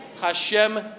Hashem